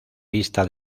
vista